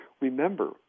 Remember